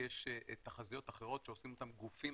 ויש תחזיות אחרות שעושים אותם גופים